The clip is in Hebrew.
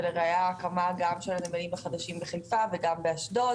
ולראייה גם הקמה של הנמלים החדשים בחיפה וגם באשדוד